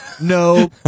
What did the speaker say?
No